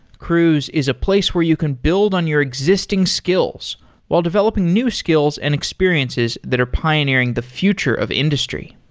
cruise is a place where you can build on your existing skills while developing new skills and experiences that are pioneering the future of industry.